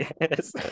yes